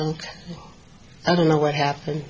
ok i don't know what happened